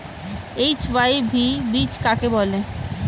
HYV বীজ কাকে বলে?